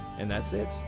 and that's it.